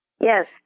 Yes